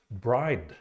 Bride